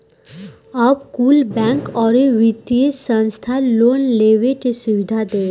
अब कुल बैंक, अउरी वित्तिय संस्था लोन लेवे के सुविधा देता